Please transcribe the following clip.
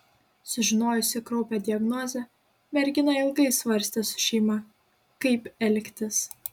sužinojusi kraupią diagnozę mergina ilgai svarstė su šeima kaip elgtis